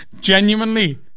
Genuinely